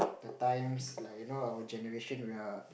the times like you know our generation we are